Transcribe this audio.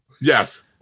yes